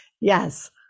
Yes